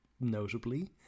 notably